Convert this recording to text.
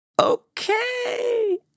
Okay